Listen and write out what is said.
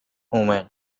omen